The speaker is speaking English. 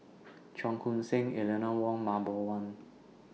Cheong Koon Seng Eleanor Wong and Mah Bow one